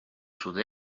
sud